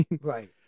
right